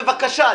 בבקשה.